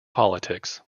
politics